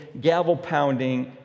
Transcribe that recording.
gavel-pounding